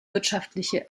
wirtschaftliche